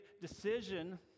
decision